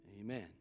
amen